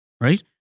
right